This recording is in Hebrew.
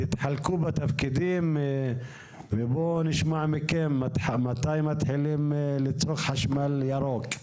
תתחלקו בתפקידים ובואו נשמע מכם מתי מתחילים ליצור חשמל ירוק?